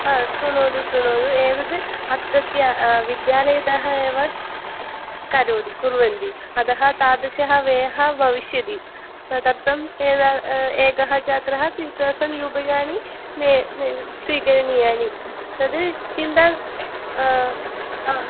हा श्रुणोतु श्रुणोतु एतद् अत्रत्य विद्यालयतः एव करोति कुर्वन्ति अतः तादृशः व्ययः भविष्यति तदर्थम् एकः छात्रः त्रिसहस्रं रूप्यकाणि स्वीकरणीयानि तद् चिन्ता हा